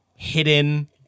hidden